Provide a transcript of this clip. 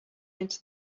into